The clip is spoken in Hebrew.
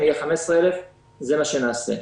אם יהיו 15,000 זה מה שנעשה.